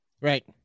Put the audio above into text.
Right